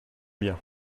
bien